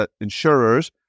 insurers